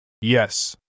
Yes